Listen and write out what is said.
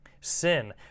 Sin